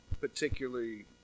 particularly